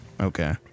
okay